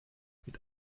mit